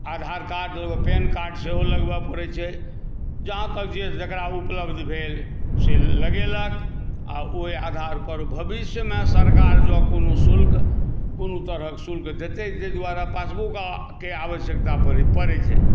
Aadhaar card PAN card सेहो लगबय पड़ैत छै जहाँ तक जे जकरा उपलब्ध भेल से लगेलक आ ओहि आधारपर भविष्यमे सरकार जँ कोनो शुल्क कोनो तरहक शुल्क देतै ताहि दुआरे पासबुकके आवश्यकता पड़ैत छै